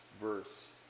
verse